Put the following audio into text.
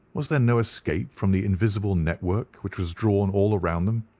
was there no escape from the invisible network which was drawn all round them.